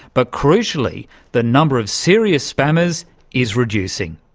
but crucially the number of serious scammers is reducing.